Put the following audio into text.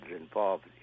involved